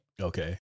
Okay